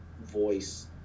voice